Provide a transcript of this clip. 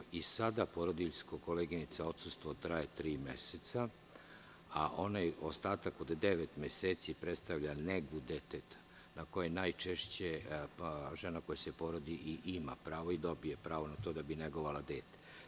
Koleginice, i sada porodiljsko odsustvo traje tri meseca, a onaj ostatak od devet meseci predstavlja negu deteta, na koje najčešće žena koja se porodi i ima pravo i dobije pravo na to da bi negovala dete.